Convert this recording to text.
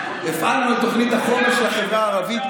הפעלנו את תוכנית החומש לחברה הערבית.